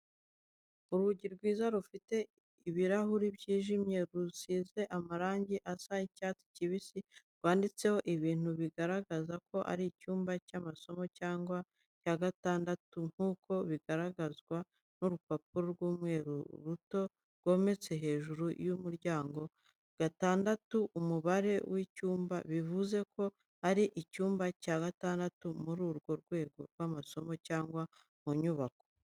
Urugi rwiza rufite ibirahuri byijimye rusize amarangi asa icyatsi kibisi rwanditseho ibintu bigaragaza ko ari icyumba cy'amasomo cya gatandatu nk'uko bigaragazwa n'urupapuro rw'umweru ruto rwometse hejuru y'umuryango gatandatu umubare w’icyumba, bivuze ko ari icyumba cya gatandatu muri urwo rwego rw’amasomo cyangwa mu nyubako.